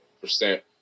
percent